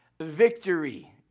victory